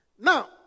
Now